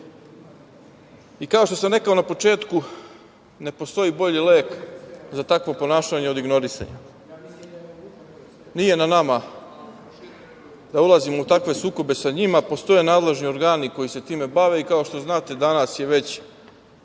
njih. Kao što sam rekao na početku – ne postoji bolji lek za takvo ponašanje od ignorisanja. Nije na nama da ulazimo u takve sukobe sa njima, postoje nadležni organi koji se time bave. Kao što znate, danas je već